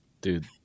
Dude